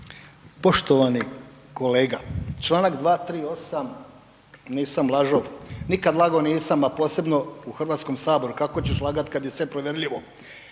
Poštovani kolega. Čl. 238., nisam lažov, nikad lagao nisam, a posebno u HS-u, kako ćeš lagati kad je sve provjerljivo.